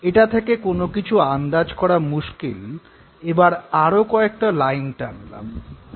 এটা থেকে কোনো কিছু আন্দাজ করা মুশকিল এবার আরো কয়েকটা লাইন টানলাম